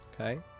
okay